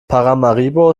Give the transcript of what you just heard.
paramaribo